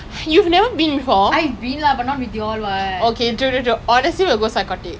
excuse me don't put this blame on me ah you all are the one not not playing properly